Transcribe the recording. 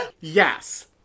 Yes